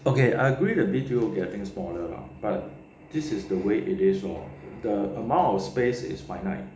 okay I agree that B_T_O is getting smaller lah but this is the way it is lor the amount of space is finite